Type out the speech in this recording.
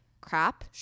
crap